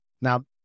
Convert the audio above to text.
Now